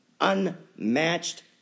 unmatched